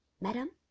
madam